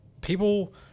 people